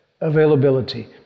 availability